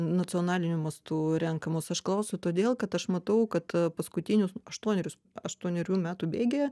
nacionaliniu mastu renkamos aš klausiu todėl kad aš matau kad paskutinius aštuonerius aštuonerių metų bėgyje